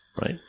right